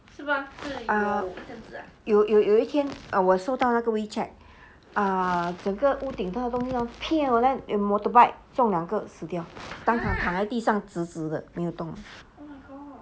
有一天我收到那个 WeChat ah 整个屋顶 motorbike 中两个死掉当场躺在地上死死没有动